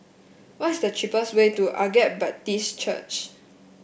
what is the cheapest way to Agape Baptist Church